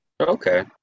Okay